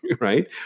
right